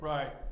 Right